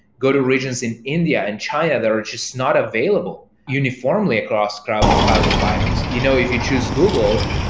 go to regions in india and china that are just not available uniformly across cloud cloud providers. you know if you choose google,